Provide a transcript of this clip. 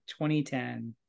2010